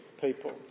people